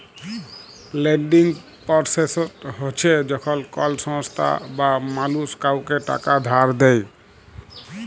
lending process হছে যখল কল সংস্থা বা মালুস কাউকে টাকা ধার দেঁই